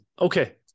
okay